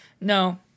No